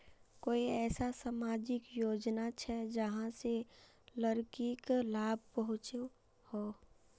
कोई ऐसा सामाजिक योजना छे जाहां से लड़किक लाभ पहुँचो हो?